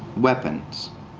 weapons,